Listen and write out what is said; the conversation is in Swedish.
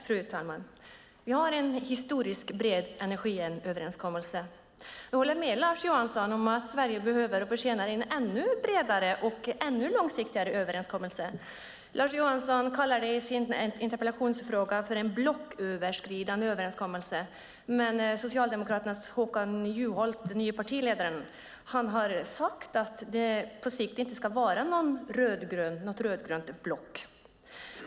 Fru talman! Vi har en historiskt bred energiöverenskommelse. Jag håller med Lars Johansson om att Sverige behöver och förtjänar en ännu bredare och ännu långsiktigare överenskommelse. Lars Johansson kallar det i sin interpellation för en blocköverskridande överenskommelse, men Socialdemokraternas nya partiledare Håkan Juholt har sagt att det på sikt inte ska vara något rödgrönt block.